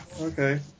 okay